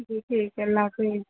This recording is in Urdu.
جی ٹھیک ہے اللہ حافظ